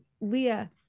Leah